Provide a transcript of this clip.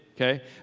Okay